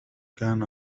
كان